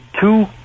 two